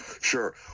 Sure